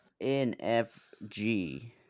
NFG